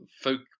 folk